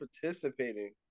participating